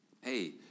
Hey